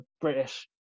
british